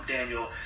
Daniel